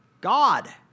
God